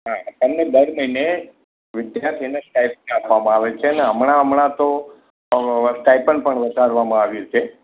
હા તમને દર મહિને વિદ્યાર્થીને સ્ટાઈપન્ડ આપવામાં આવે છે ને હમણાં હમણાં તો અઅઅ સ્ટાઈપન્ડ પણ વધારવામાં આવ્યું છે